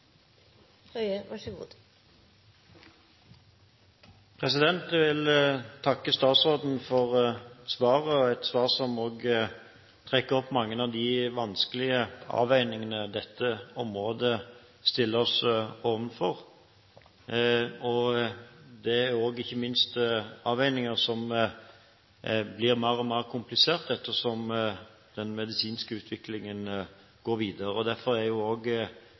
Jeg vil takke statsråden for svaret – et svar som også trekker opp mange av de vanskelige avveiningene dette området stilles overfor. Det er ikke minst avveininger som blir mer og mer kompliserte ettersom den medisinske utviklingen går videre. Derfor er